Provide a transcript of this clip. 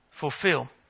fulfill